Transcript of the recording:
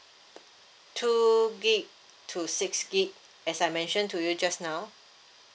two gig to six gig as I mentioned to you just now